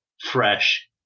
fresh